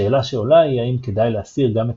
השאלה שעולה היא האם כדאי להסתיר גם את